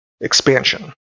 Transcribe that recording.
expansion